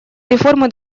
реформы